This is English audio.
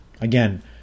Again